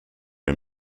him